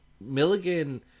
Milligan